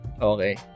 okay